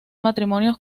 matrimonios